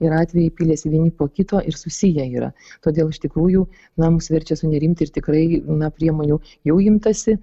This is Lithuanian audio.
ir atvejai pylėsi vieni po kito ir susiję yra todėl iš tikrųjų na mus verčia sunerimti ir tikrai na priemonių jau imtasi